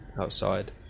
outside